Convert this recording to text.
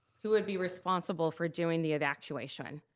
who would be responsible for doing the evacuation?